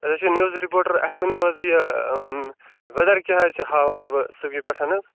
أسۍ حظ چھِ نِؤز رِپوٹر اَسہِ ؤنِو حظ یہِ ویدَر کیٛاہ حظ چھُ ہاوان وۄنۍ بہٕ صُبحہِ پٮ۪ٹھ حظ